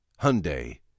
Hyundai